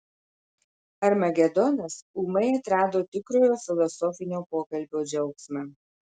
armagedonas ūmai atrado tikrojo filosofinio pokalbio džiaugsmą